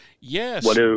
Yes